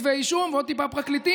ועוד קצת כתבי אישום ועוד טיפה פרקליטים.